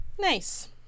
Nice